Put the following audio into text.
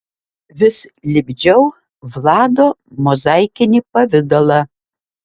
vis lipdžiau vlado mozaikinį pavidalą